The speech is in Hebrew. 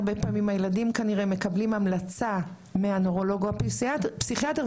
הילדים מקבלים המלצה מהנוירולוג או מהפסיכיאטר,